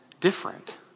different